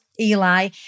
Eli